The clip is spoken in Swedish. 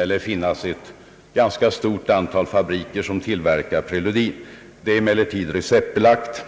Det lär finnas ett ganska stort antal fabriker som tillverkar preludin. Det är emellertid receptbelagt.